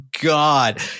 God